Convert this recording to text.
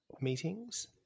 meetings